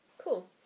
Cool